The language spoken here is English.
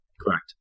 Correct